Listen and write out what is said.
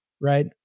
right